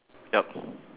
yup